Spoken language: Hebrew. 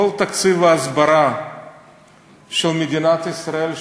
כל תקציב ההסברה של מדינת ישראל,